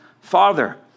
father